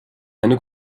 eine